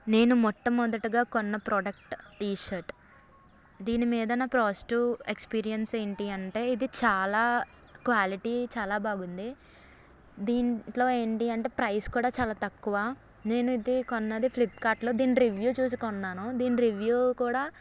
నేను మొట్టమొదటగా కొన్న ప్రోడక్ట్ టీషర్ట్ దీని మీద నా పాజిటివ్ ఎక్స్పీరియన్స్ ఏంటి అంటే ఇది చాలా క్వాలిటీ చాలా బాగుంది దీంట్లో ఏంటి అంటే ప్రైస్ కూడా చాలా తక్కువ నేను ఇది కొన్నది ఫ్లిప్కార్ట్లో దీని రివ్యూ చూసి కొన్నాను దీని రివ్యూ కూడా